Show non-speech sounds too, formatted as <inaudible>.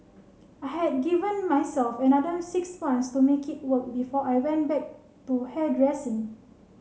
<noise> I had given myself another six months to make it work before I went back to hairdressing